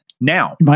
Now